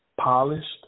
polished